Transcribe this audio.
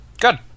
Good